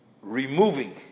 removing